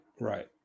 right